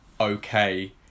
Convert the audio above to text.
okay